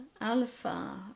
alpha